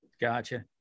Gotcha